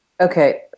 Okay